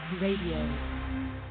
radio